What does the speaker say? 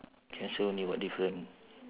cancel only got different